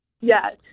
Yes